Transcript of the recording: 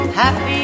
happy